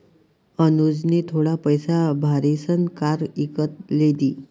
अनुजनी थोडा पैसा भारीसन कार इकत लिदी